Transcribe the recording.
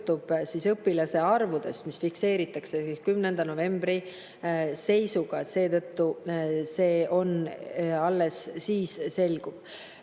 sõltub õpilaste arvust, mis fikseeritakse 10. novembri seisuga. Seetõttu see alles siis selgub.